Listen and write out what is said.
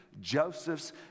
Joseph's